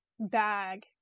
Bag